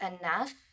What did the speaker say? enough